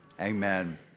Amen